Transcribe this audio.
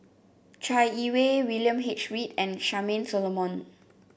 Chai Yee Wei William H Read and Charmaine Solomon